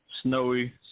snowy